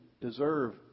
deserve